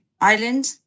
island